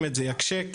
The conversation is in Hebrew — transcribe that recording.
זה יקשה,